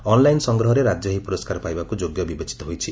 online ସଂଗ୍ରହରେ ରାକ୍ୟ ଏହି ପୁରସ୍କାର ପାଇବାକୁ ଯୋଗ୍ୟ ବିବେଚିତ ହୋଇଛି